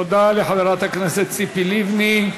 תודה לחברת הכנסת ציפי לבני.